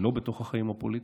בתוך החיים הפוליטיים,